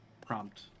prompt